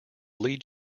lead